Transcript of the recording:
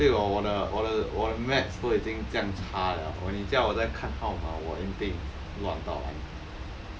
对我我的我的我我的 maths 都已经这样差了你叫我再看号码我一定乱到完